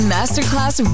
Masterclass